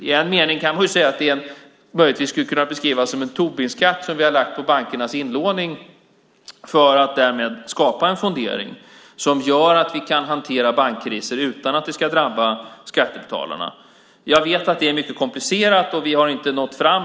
I en mening kan man säga att det möjligtvis skulle kunna beskrivas som en Tobinskatt som vi har lagt på bankernas inlåning för att därmed skapa en fondering som gör att vi kan hantera bankkriser utan att det ska drabba skattebetalarna. Jag vet att det är mycket komplicerat, och vi har inte nått fram.